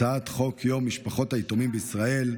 הצעת חוק יום משפחות היתומים בישראל,